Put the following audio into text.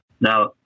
Now